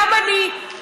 גם אני,